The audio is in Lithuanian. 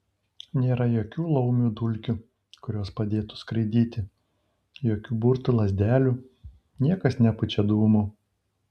nėra jokių laumių dulkių kurios padėtų skraidyti jokių burtų lazdelių niekas nepučia dūmų